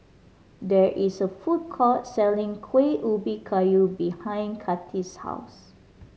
there is a food court selling Kueh Ubi Kayu behind Kati's house